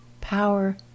power